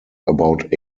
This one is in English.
about